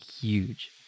huge